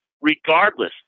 regardless